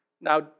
Now